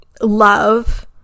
love